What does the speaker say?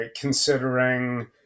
considering